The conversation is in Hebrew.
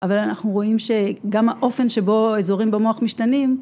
אבל אנחנו רואים שגם האופן שבו אזורים במוח משתנים